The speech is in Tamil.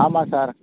ஆமாம் சார்